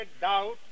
doubt